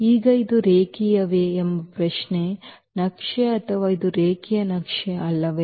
ಈಗ ಇದು ರೇಖೀಯವೇ ಎಂಬ ಪ್ರಶ್ನೆ ನಕ್ಷೆ ಅಥವಾ ಇದು ರೇಖೀಯ ನಕ್ಷೆ ಅಲ್ಲವೇ